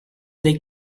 dei